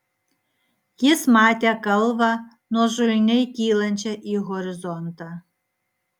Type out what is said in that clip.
jis matė kalvą nuožulniai kylančią į horizontą